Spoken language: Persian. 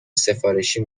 سفارشی